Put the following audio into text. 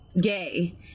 gay